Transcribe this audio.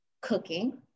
cooking